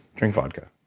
drink vodka.